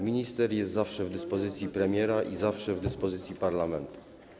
Minister jest zawsze w dyspozycji premiera i zawsze w dyspozycji parlamentu.